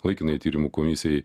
laikinai tyrimų komisijai